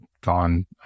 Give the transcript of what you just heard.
gone